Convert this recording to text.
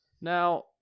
Now